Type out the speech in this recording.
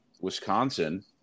Wisconsin